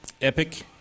epic